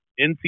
NC